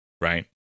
right